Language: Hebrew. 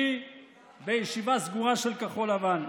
הקריא בישיבה סגורה של כחול לבן.